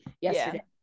yesterday